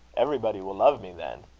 everybody will love me then